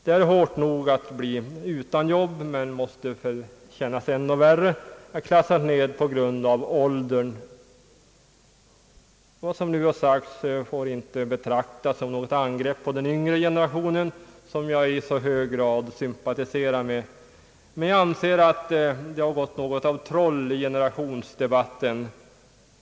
Det är hårt nog att bli utan jobb men måste kännas än värre att klassas ned på grund av ålder. Vad som nu sagts får inte betraktas som något angrepp på den yngre generationen, som jag i hög grad sympatiserar med, men jag anser att det gått något av trolldom i generationsdebatten.